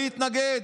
מי התנגד?